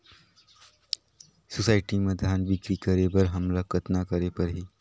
Society म धान बिक्री करे बर हमला कतना करे परही?